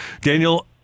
Daniel